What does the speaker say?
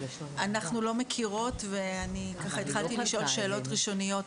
אנחנו לא מכירות, והתחלתי לשאול שאלות ראשוניות.